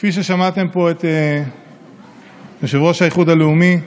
כפי ששמעתם פה את יושב-ראש האיחוד הלאומי,